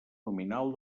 nominal